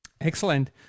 Excellent